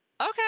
Okay